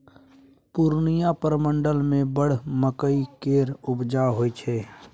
पूर्णियाँ प्रमंडल मे बड़ मकइ केर उपजा होइ छै